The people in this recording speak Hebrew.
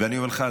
ואני אומר לך,